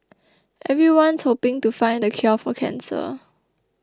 everyone's hoping to find the cure for cancer